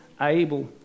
Abel